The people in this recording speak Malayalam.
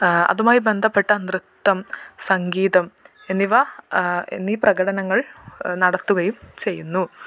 അതുമായി ബന്ധപ്പെട്ട നൃത്തം സംഗീതം എന്നിവ എന്നീ പ്രകടനങ്ങൾ നടത്തുകയും ചെയ്യുന്നു